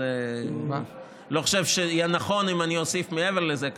אני לא חושב שיהיה נכון אם אני אוסיף מעבר לזה.